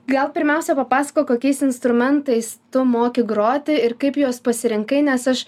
gal pirmiausia papasakok kokiais instrumentais tu moki groti ir kaip juos pasirinkai nes aš